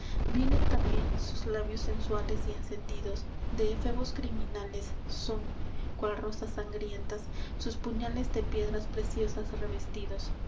vienen también sus labios sensuales y encendidos de efebos criminales son cual rosas sangrientas sus puñales de piedras preciosas revestidos